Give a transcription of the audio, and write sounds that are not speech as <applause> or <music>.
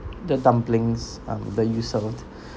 the dumplings um that you served <breath>